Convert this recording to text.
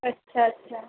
अच्छा अच्छा